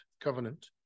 covenant